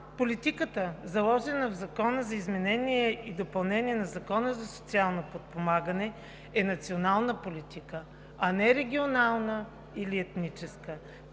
политиката, заложена в Закона за изменение и допълнение на Закона за социално подпомагане, е национална политика, а не регионална или етническа.